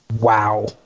wow